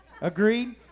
Agreed